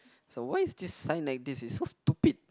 so why is this sign like this is so stupid